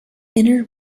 inner